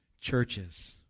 churches